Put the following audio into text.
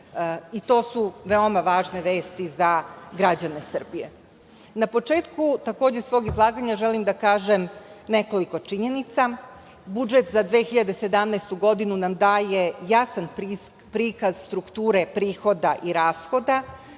i to su veoma važne vesti za građane Srbije. Na početku svog izlaganja želim da kažem nekoliko činjenica. Budžet za 2017. godinu nam daje jasan prikaz strukture prihoda i rashoda,